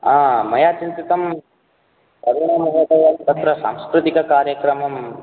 आ मयाचिन्तितम् अरुणमहोदयं तत्र सांस्कृतिककार्यक्रमं